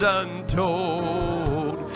untold